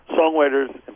songwriters